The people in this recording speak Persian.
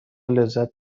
لذت